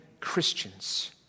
Christians